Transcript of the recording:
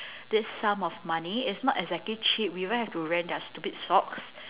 this sum of money it's not exactly cheap we even have to rent their stupid socks